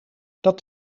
dat